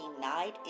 night